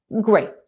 Great